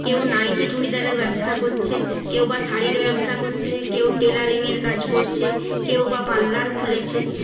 কেউ নাইটি চুড়িদারের ব্যবসা করছে কেউ বা শাড়ির ব্যবসা করছে কেউ টেলারিংয়ের কাজ করছে কেউ বা পার্লার খুলেছে